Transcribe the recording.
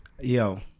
Yo